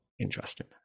interesting